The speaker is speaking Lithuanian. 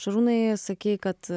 šarūnai sakei kad